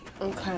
Okay